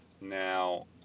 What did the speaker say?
Now